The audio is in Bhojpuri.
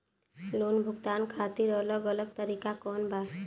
लोन भुगतान खातिर अलग अलग तरीका कौन बा?